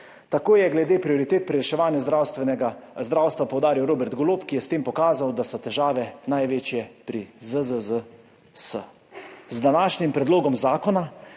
Tako je glede prioritet pri reševanju zdravstva poudaril Robert Golob, ki je s tem pokazal, da so težave največje pri ZZZS. Z današnjim predlogom zakona